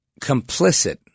complicit